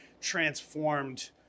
transformed